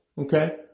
okay